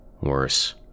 Worse